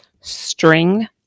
string